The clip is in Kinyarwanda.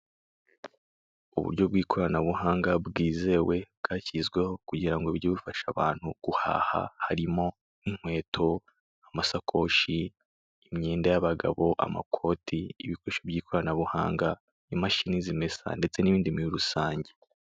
Uburyo bw' ikoranabuhanga bwizewe bwashyizweho kugira ngo buge bufasha abantu guhaha harimo n' inketo, amasakoshi, imyenda y' abagabo, amakoti, ibikoresho by' ikoranabuhanga, imashini zimesa ndetse n' ibindi muri rusange.